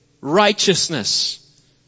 righteousness